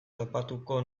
topatuko